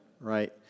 right